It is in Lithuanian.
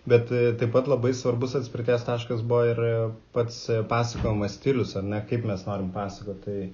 bet taip pat labai svarbus atspirties taškas buvo ir pats pasakojimo stilius ar ne kaip mes norim pasakot tai